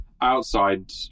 outside